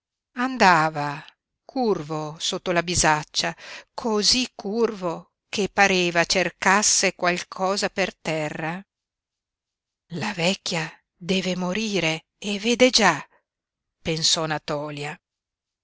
andava curvo sotto la bisaccia cosí curvo che pareva cercasse qualcosa per terra la vecchia deve morire e vede già pensò natòlia